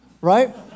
Right